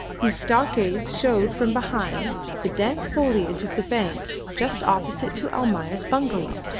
whose stockades showed from behind the dense foliage of the bank just opposite to almayer's bungalow.